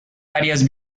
varias